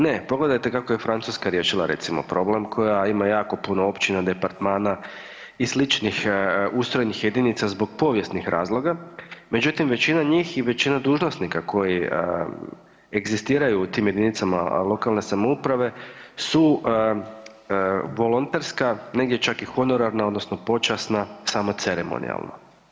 Ne, pogledajte kako je Francuska riješila recimo problem koja ima jako puno općina, departmana i sličnih ustrojenih jedinica zbog povijesnih razloga, međutim većina njih i većina dužnosnika koji egzistiraju u tim jedinicama lokalne samouprave su volonterska negdje čak i honorarna odnosno počasna samo ceremonijalno.